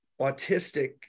autistic